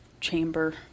chamber